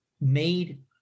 made